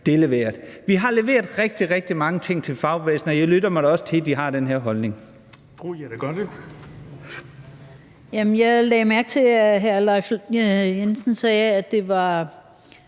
det er leveret. Vi har leveret rigtig, rigtig mange ting til fagbevægelsen, og jeg lytter mig da også til, at de har den her holdning. Kl. 13:54 Den fg. formand (Erling